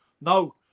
no